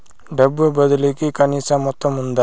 డబ్బు బదిలీ కి కనీస మొత్తం ఉందా?